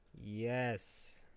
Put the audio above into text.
Yes